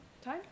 Time